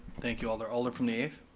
thank you alder, alder from the eighth?